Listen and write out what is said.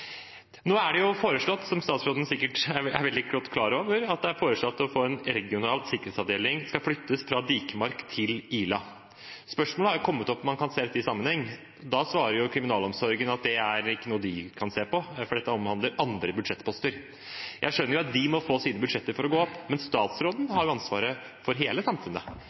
Nå er det foreslått – som statsråden sikkert er veldig klar over – at regional sikkerhetsavdeling skal flyttes fra Dikemark til Ila. Det har kommet opp spørsmål om man kan se dette i sammenheng. Da svarer kriminalomsorgen at det ikke er noe de kan se på, for dette omhandler andre budsjettposter. Jeg skjønner jo at de må få sine budsjetter til å gå opp, men statsråden har ansvaret for hele samfunnet.